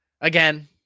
again